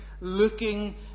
looking